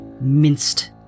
minced